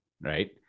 right